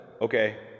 okay